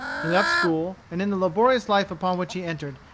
he left school, and in the laborious life upon which he entered,